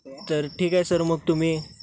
तर ठीक आहे सर मग तुम्ही